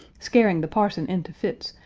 scaring the parson into fits,